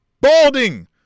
balding